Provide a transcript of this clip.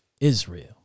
Israel